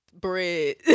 Bread